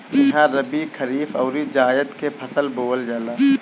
इहा रबी, खरीफ अउरी जायद के फसल बोअल जाला